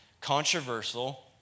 controversial